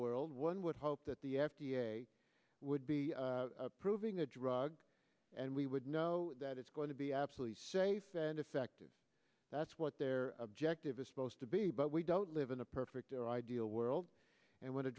world one would hope that the f d a would be approving the drug and we would know that it's going to be absolutely safe and effective that's what their objective is supposed to be but we don't live in a perfect or ideal world and when